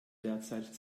derzeit